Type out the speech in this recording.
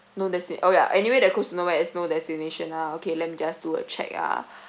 no desti~ okay yeah anyway the cruise to nowhere has no destination ah okay let me just do a check ah